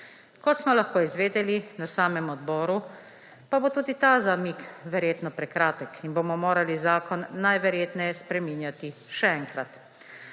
Kot smo lahko izvedeli na samem odboru, pa bo tudi ta zamik verjetno prekratek in bomo morali zakon najverjetneje spreminjati še enkrat.